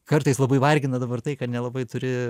kartais labai vargina dabar tai kad nelabai turi